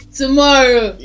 tomorrow